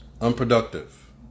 unproductive